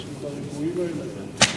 בסדר,